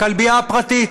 לכלבייה הפרטית.